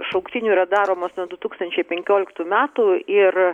šauktinių yra daromos nuo du tūkstančiai penkioliktų metų ir